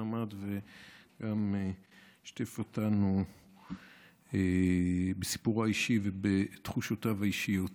עמד כאן וגם שיתף אותנו בסיפורו האישי ובתחושותיו האישיות.